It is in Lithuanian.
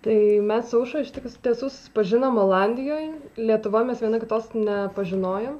tai mes su aušra iš tiesų susipažinom olandijoj lietuvoj mes viena kitos nepažinojom